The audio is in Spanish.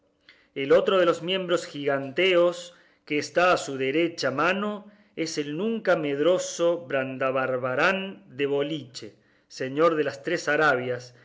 el otro de los miembros giganteos que está a su derecha mano es el nunca medroso brandabarbarán de boliche señor de las tres arabias que